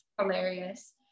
Hilarious